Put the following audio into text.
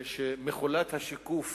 הפעלת מכולת השיקוף